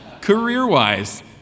Career-wise